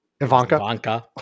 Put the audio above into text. Ivanka